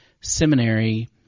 seminary